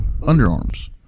underarms